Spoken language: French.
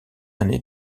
année